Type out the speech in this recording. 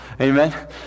Amen